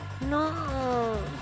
No